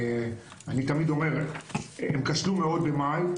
אני תמיד אומר הם כשלו מאוד במאי,